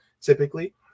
typically